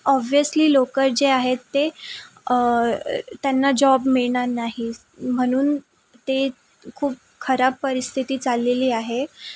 obviously लोक जे आहेत ते त्यांना जॉब मिळणार नाही म्हणून ते खूप खराब परिस्थिती चाललेली आहे